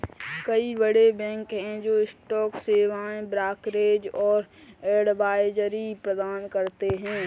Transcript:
कई बड़े बैंक हैं जो स्टॉक सेवाएं, ब्रोकरेज और एडवाइजरी प्रदान करते हैं